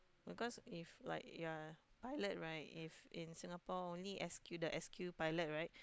because if like you are a pilot right if in Singapore only S_Q the S_Q pilot right